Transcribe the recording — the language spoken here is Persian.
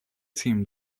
تیم